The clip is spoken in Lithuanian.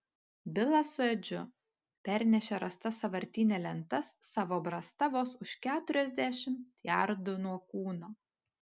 bilas su edžiu pernešė rastas sąvartyne lentas savo brasta vos už keturiasdešimt jardų nuo kūno